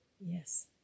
yes